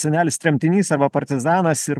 senelis tremtinys arba partizanas ir